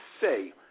say